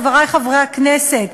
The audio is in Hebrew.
חברי חברי הכנסת,